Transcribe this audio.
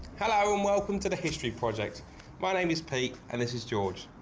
hello and welcome to the history project my name is pete and this is george.